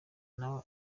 namwe